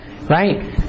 Right